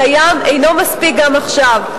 הקיים אינו מספיק גם עכשיו.